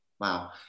wow